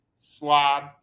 slob